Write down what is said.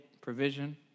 provision